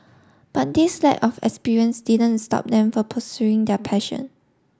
but this lack of experience didn't stop them from pursuing their passion